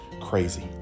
crazy